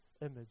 image